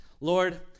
Lord